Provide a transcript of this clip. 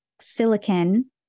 silicon